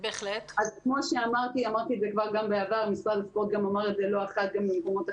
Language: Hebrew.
להבנתי משרד הספורט מנסח כרגע מבחן חדש לתמיכות,